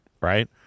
right